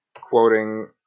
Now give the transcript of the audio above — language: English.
Quoting